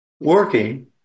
Working